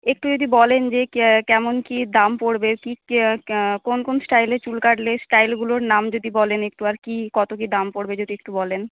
একটু যদি বলেন যে কেমন কি দাম পড়বে কি কি কোন কোন স্টাইলে চুল কাটলে স্টাইলগুলোর নাম যদি বলেন একটু আর কি কতো কি দাম পড়বে যদি একটু বলেন